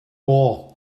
war